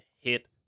hit